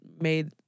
made